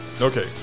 Okay